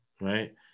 right